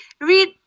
read